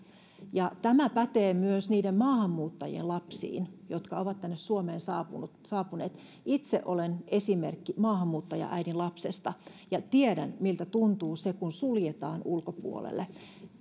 tämä pätee myös niiden maahanmuuttajien lapsiin jotka ovat tänne suomeen saapuneet saapuneet itse olen esimerkki maahanmuuttajaäidin lapsesta ja tiedän miltä tuntuu kun suljetaan ulkopuolelle